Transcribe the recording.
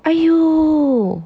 !aiyo!